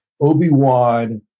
Obi-Wan